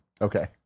Okay